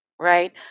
right